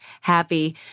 happy